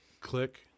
Click